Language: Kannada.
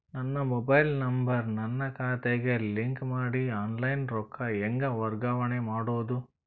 ನನ್ನ ಮೊಬೈಲ್ ನಂಬರ್ ನನ್ನ ಖಾತೆಗೆ ಲಿಂಕ್ ಮಾಡಿ ಆನ್ಲೈನ್ ರೊಕ್ಕ ಹೆಂಗ ವರ್ಗಾವಣೆ ಮಾಡೋದು?